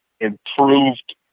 improved